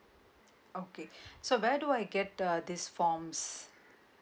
okay so where do I get uh these forms